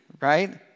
right